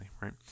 right